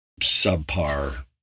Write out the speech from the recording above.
subpar